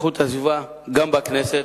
איכות הסביבה גם בכנסת.